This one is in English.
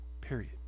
period